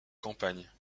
campagne